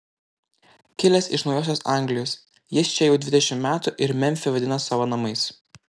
kilęs iš naujosios anglijos jis čia jau dvidešimt metų ir memfį vadina savo namais